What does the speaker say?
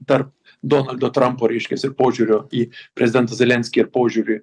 tarp donaldo trampo reiškias ir požiūrio į prezidentą zelenskį ir požiūrį